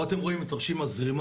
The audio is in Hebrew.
פה אתם רואים בתרשים הזרימה,